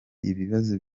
ibibazo